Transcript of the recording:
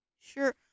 Sure